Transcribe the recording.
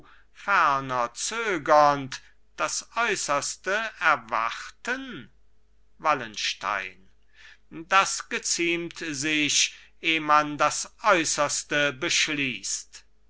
zögernd das äußerste erwarten wallenstein das geziemt sich eh man das äußerste beschließt